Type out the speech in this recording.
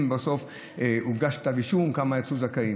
בסוף הוגש כתב אישום וכמה יצאו זכאים.